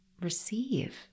receive